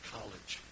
College